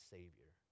Savior